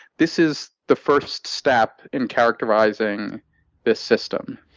this is the first step in characterizing this system.